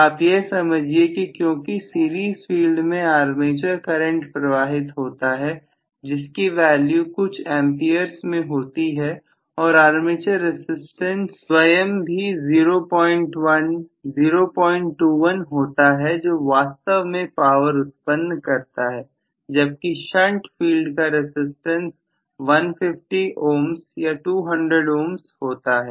आप यह समझिए कि क्योंकि सीरीज फील्ड में आर्मेचर करंट प्रवाहित होता है जिसकी वैल्यू कुछ amperes में होती है और आर्मेचर रसिस्टेंस संयम थी 01021 होता है जो वास्तव में पावर उत्पन्न करता है जबकि शंट फील्ड का रसिस्टेंस 150 ohms या 200 ohms होता है